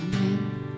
Amen